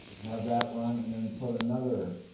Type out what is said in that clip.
have that run and then put another,